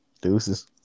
Deuces